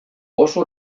oso